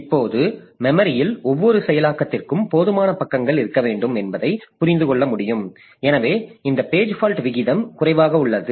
இப்போது மெமரியில் ஒவ்வொரு செயலாக்கத்திற்கும் போதுமான பக்கங்கள் இருக்க வேண்டும் என்பதை புரிந்து கொள்ள முடியும் எனவே இந்த பேஜ் ஃபால்ட் விகிதம் குறைவாக உள்ளது